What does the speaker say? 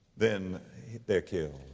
then they're killed.